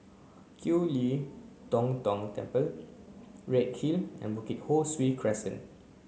Kiew Lee Tong Tong Temple Redhill and Bukit Ho Swee Crescent